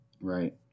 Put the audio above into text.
right